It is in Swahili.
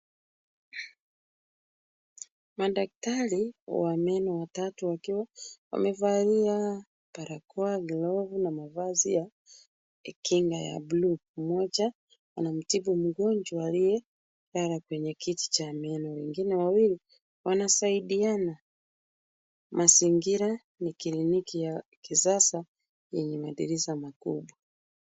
Madaktari wa meno watatu wakiwa wamevalia barakoa, glovu na mavazi ya kinga ya buluu. Mmoja anamtibu mgonjwa aliyelala kwenye kiti cha meno. Wengine wawili wanasaidiana. Mazingira ni kliniki ya kisasa yenye madirisha makubwa.